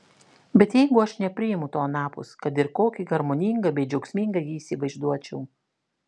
bet jeigu aš nepriimu to anapus kad ir kokį harmoningą bei džiaugsmingą jį įsivaizduočiau